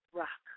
rock